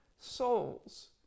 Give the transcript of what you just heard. souls